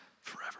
forever